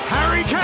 Harry